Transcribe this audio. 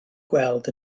gweld